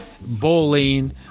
bowling